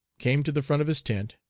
came to the front of his tent,